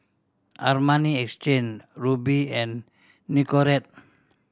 Armani Exchange Rubi and Nicorette